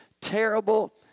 terrible